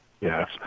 Yes